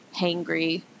hangry